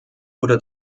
wurde